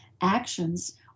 actions